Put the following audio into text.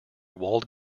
walled